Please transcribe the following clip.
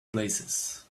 places